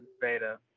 Beta